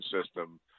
system